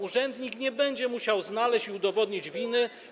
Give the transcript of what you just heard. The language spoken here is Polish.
Urzędnik nie będzie musiał znaleźć dowodu, udowodnić winy.